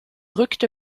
rückte